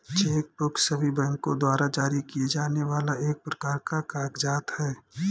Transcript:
check book सभी बैंको द्वारा जारी किए जाने वाला एक प्रकार का कागज़ात है